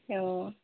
অ'